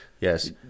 Yes